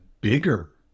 bigger